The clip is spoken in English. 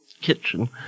kitchen